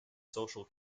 social